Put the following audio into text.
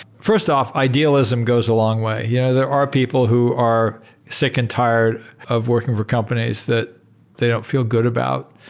first off, idealism goes a long way. yeah there are people who are sick and tired of working for companies that they don't feel good about.